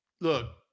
look